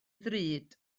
ddrud